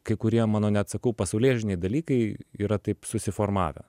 kai kurie mano net sakau pasaulėžiūriniai dalykai yra taip susiformavę